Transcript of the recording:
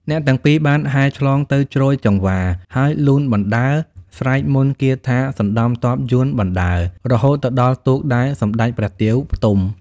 អ្នកទាំងពីរបានហែលឆ្លងទៅជ្រោយចង្វា ហើយលូនបណ្តើរ សែកមន្តគាថាសណ្តំទ័ពយួនបណ្តើរ រហូតទៅដល់ទូកដែលសម្តេចព្រះទាវផ្ទំ។